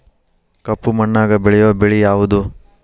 ಕಪ್ಪು ಮಣ್ಣಾಗ ಬೆಳೆಯೋ ಬೆಳಿ ಯಾವುದು?